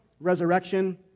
resurrection